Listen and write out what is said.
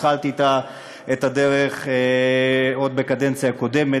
שהתחלתי אתה את הדרך עוד בקדנציה הקודמת.